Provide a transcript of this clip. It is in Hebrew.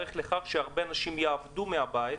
להיערך לכך שהרבה אנשים יעבדו מהבית,